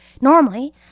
Normally